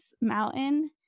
mountain